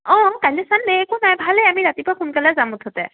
অঁ কাইলৈ চানদে একো নাই ভালেই আমি ৰাতিপুৱা সোনকালে যাম মুঠতে